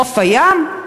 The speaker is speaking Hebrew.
חוף הים,